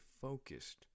focused